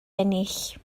ennill